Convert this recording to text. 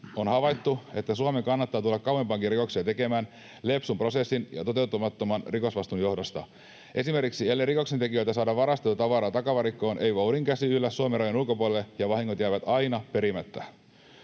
On havaittu, että Suomeen kannattaa tulla kauempaakin rikoksia tekemään lepsun prosessin ja toteutumattoman rikosvastuun johdosta. Esimerkiksi ellei rikoksentekijöiltä saada varastettua tavaraa takavarikkoon, ei voudin käsi yllä Suomen rajojen ulkopuolelle ja vahingot jäävät aina perimättä.